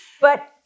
But-